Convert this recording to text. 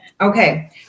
Okay